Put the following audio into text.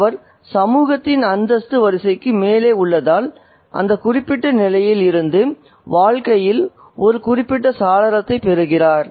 அவர் சமூகத்தின் அந்தஸ்து வரிசைக்கு மேலே உள்ளதால் அந்த குறிப்பிட்ட நிலையில் இருந்து வாழ்க்கையில் ஒரு குறிப்பிட்ட சாளரத்தை பெறுகிறார்